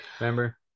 Remember